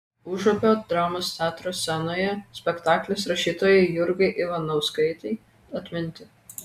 užupio dramos teatro scenoje spektaklis rašytojai jurgai ivanauskaitei atminti